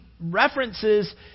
references